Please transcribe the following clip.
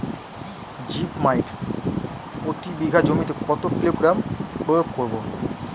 Zip মাইট প্রতি বিঘা জমিতে কত কিলোগ্রাম প্রয়োগ করব?